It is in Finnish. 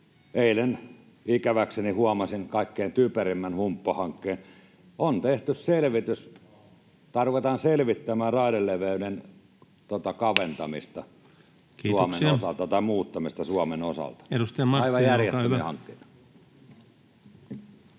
Eilen ikäväkseni huomasin kaikkein typerimmän humppahankkeen: ruvetaan selvittämään raideleveyden kaventamista, [Puhemies: Kiitoksia!] muuttamista Suomen osalta. Aivan järjettömiä hankkeita. Edustaja